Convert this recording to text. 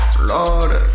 Lord